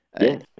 Yes